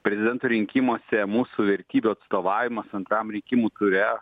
prezidento rinkimuose mūsų vertybių atstovavimas antram rinkimų ture